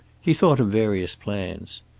he thought of various plans.